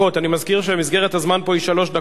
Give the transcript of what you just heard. אני מזכיר שמסגרת הזמן פה היא שלוש דקות.